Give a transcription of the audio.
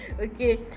Okay